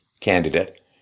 candidate